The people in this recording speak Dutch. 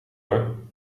hoor